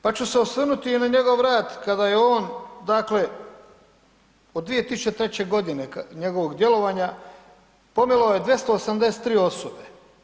Pa ću se osvrnuti na njegov rad kada je on, dakle, od 2003. njegovog djelovanja, pomilovao je 283 osobe.